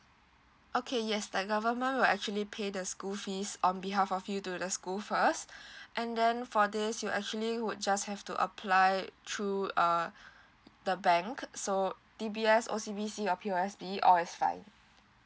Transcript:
okay yes the government will actually pay the school fees on behalf of you to the school first and then for this you actually would just have to apply it through uh the bank so D_B_S O_C_B_C or P_O_S_B all is fine